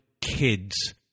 Kids